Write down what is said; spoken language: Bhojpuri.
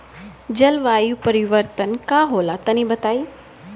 जलवायु परिवर्तन का होला तनी बताई?